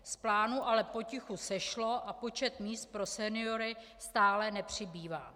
Z plánu ale potichu sešlo a počet míst pro seniory stále nepřibývá.